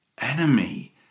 enemy